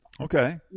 Okay